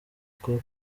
ako